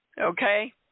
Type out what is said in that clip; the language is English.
Okay